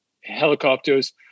helicopters